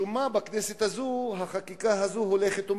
משום מה בכנסת הזו החקיקה הזו הולכת ומתרבה,